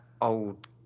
old